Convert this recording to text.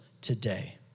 today